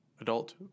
adult